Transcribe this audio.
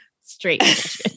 Straight